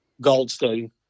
Goldstein